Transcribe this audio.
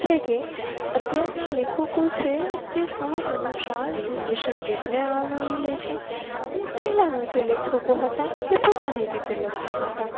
એટલે કે અત્યારના લેખકો છે તે સમય અનુસાર જનરેશન ગેપને આવરી લે છે અને પહેલાંના જે લેખકો હતા તે પોતાની રીતે લખતા હતા